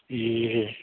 ए